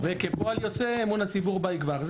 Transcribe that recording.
וכתוצאה מזה אמון הציבור בה יגבר.